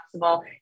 possible